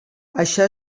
això